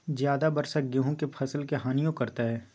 ज्यादा वर्षा गेंहू के फसल के हानियों करतै?